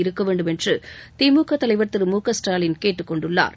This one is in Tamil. இருக்க வேண்டும் என்று திமுக தலைவர் உறுதியாக ஸ்டாலின் திரு கேட்டுக்கொண்டுள்ளாா்